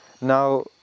now